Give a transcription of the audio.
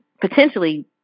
potentially